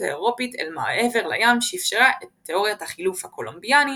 האירופית אל מעבר לים שאיפשרה את תאוריית החילוף הקולומביאני,